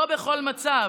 ולא בכל מצב.